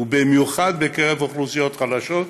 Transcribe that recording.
ובמיוחד בקרב אוכלוסיות חלשות,